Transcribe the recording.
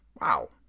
Wow